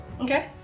Okay